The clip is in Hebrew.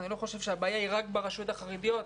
אני חושב שהבעיה היא לא רק ברשויות החרדיות.